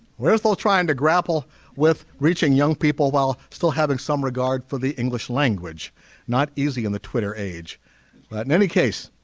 where's those trying to grapple with reaching young people while still having some regard for the english language not easy in the twitter age but in any case